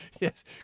yes